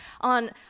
on